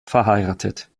verheiratet